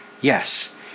yes